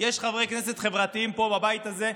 יש חברי כנסת חברתיים פה בבית הזה,